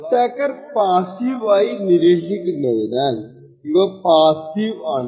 attacker passive ആയി നിരീക്ഷിക്കുന്നതിനാൽ ഇവ പാസ്സീവ് ആണ്